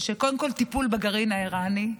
קודם כול, טיפול בגרעין האיראני.